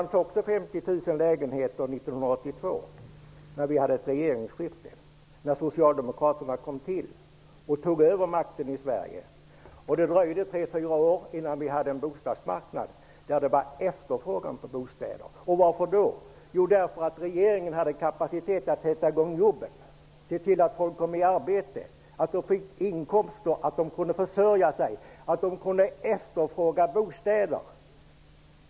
Det fanns även 50 000 tomma lägenheter 1982. Då blev det ett regeringsskifte. Socialdemokraterna tog över makten i Sverige. Det dröjde 3--4 år innan det blev en bostadsmarknad där det var efterfrågan på bostäder. Varför? Jo, regeringen hade kapacitet att sätta i gång jobben, se till att folk kom i arbete, fick inkomster, kunde försörja sig och efterfråga bostäder.